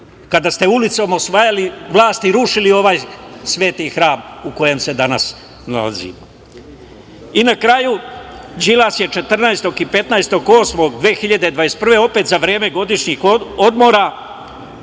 kada ste ulicom osvajali vlast i rušili ovaj sveti hram u kojem se danas nalazimo. Na kraju, Đilas je 14. i 15.8.2021. godine, opet za vreme godišnjih odmora,